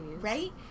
Right